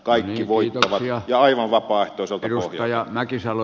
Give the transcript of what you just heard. kaikki voittavat ja aivan vapaaehtoiselta pohjalta